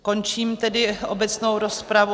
Končím tedy obecnou rozpravu.